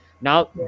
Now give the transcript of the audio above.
now